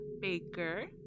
Baker